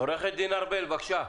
עו"ד ארבל, בבקשה.